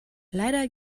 leider